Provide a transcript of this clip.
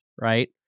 Right